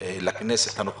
לכנסת הנוכחית,